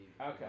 Okay